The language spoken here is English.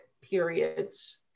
periods